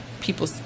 people